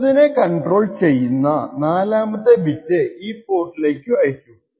30 യെ കണ്ട്രോൾ ചെയ്യുന്ന നാലാമത്തെ ബിറ്റ് ഈ പോർട്ടിലേക്കു അയക്കും